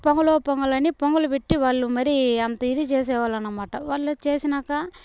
పొంగలో పొంగలని పొంగలి పెట్టి వాళ్ళు మరీ అంత ఇది చేసేవాళ్ళనమాట వాళ్ళు చేసినాక